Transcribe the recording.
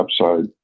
upside